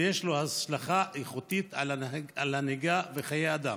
ויש לו השלכה על איכות הנהיגה ועל חיי אדם.